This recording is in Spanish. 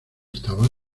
estaba